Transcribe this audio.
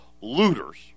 looters